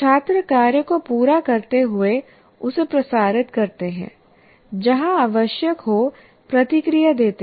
छात्र कार्य को पूरा करते हुए उसे प्रसारित करते हैं जहाँ आवश्यक हो प्रतिक्रिया देते हैं